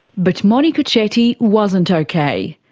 but monika chetty wasn't okay.